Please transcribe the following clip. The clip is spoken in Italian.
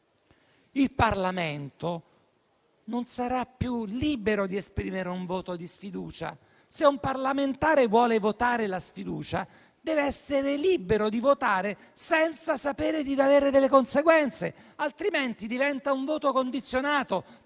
Il Parlamento non sarà più libero di esprimere un voto di sfiducia. Se un parlamentare vuole votare la sfiducia, dev'essere libero di votare senza avere conseguenze, altrimenti diventa un voto condizionato